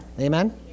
Amen